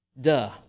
Duh